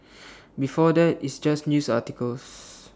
before that it's just news articles